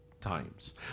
times